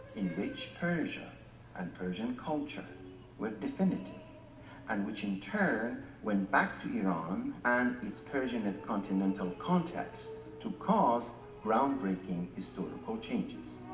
in which, persia and persian culture were definitive and which in turn went back to iran and its persian and continental context, to cause groundbreaking historical changes.